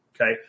Okay